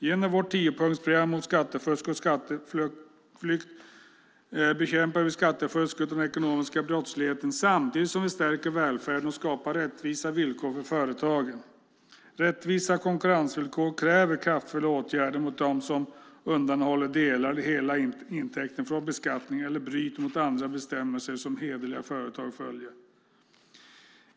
Genom vårt tiopunktsprogram mot skattefusk och skatteflykt bekämpar vi skattefusket och den ekonomiska brottsligheten samtidigt som vi stärker välfärden och skapar rättvisa villkor för företagen. Rättvisa konkurrensvillkor kräver kraftfulla åtgärder mot dem som undanhåller delar av eller hela intäkten från beskattning eller bryter mot andra bestämmelser som hederliga företag följer.